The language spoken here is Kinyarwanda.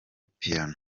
piano